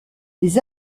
les